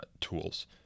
tools